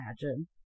imagine